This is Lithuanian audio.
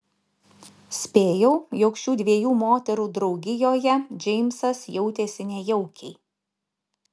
spėjau jog šių dviejų moterų draugijoje džeimsas jautėsi nejaukiai